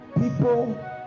people